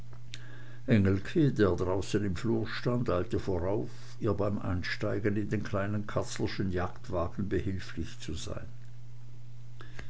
draußen im flur stand eilte vorauf ihr beim einsteigen in den kleinen katzlerschen jagdwagen behilflich zu sein